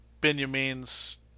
Benjamin's